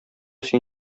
син